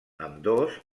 ambdós